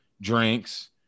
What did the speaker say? drinks